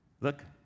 Look